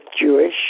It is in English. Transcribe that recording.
Jewish